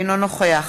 אינו נוכח